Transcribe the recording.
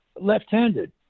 left-handed